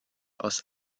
aus